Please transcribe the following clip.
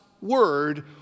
word